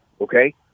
okay